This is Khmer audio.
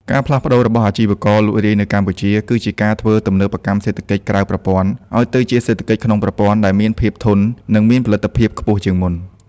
ការផ្លាស់ប្តូររបស់អាជីវករលក់រាយនៅកម្ពុជា គឺជាការធ្វើ ទំនើបកម្មសេដ្ឋកិច្ចក្រៅប្រព័ន្ធ ឱ្យទៅជាសេដ្ឋកិច្ចក្នុងប្រព័ន្ធ ដែលមានភាពធន់ និងមានផលិតភាពខ្ពស់ជាងមុន។